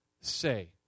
say